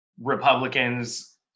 Republicans